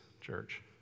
church